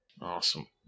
Awesome